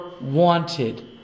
wanted